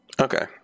Okay